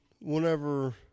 whenever